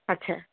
আচ্ছা